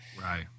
Right